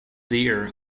deer